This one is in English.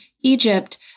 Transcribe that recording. Egypt